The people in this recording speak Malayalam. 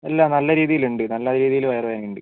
അല്ല നല്ല രീതിയിൽ ഉണ്ട് നല്ല രീതിയിൽ വയറുവേദന ഉണ്ട്